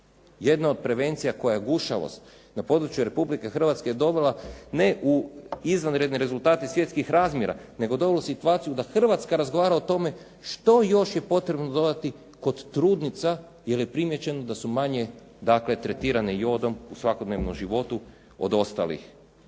Jedna od prevencija koja je gušavost na području Republike Hrvatske dovela ne u izvanredne rezultate svjetskih razmjera nego dovela u situaciju da Hrvatska razgovara o tome što još je potrebno dodati kod trudnica jer je primijećeno da su manje dakle tretirane jodom u svakodnevnom životu od ostalih